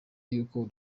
y’uko